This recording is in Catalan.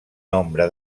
nombre